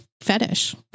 fetish